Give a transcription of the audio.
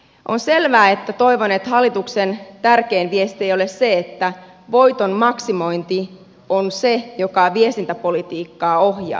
on selvää että toivon että hallituksen tärkein viesti ei ole se että voiton maksimointi on se joka viestintäpolitiikkaa ohjaa